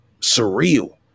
surreal